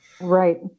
Right